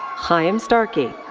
chaim starkey.